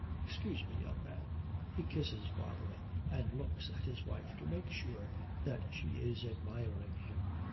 excuse me, young man he kisses barbara and looks at his wife to make sure that she is admiring him,